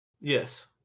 Yes